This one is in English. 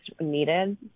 needed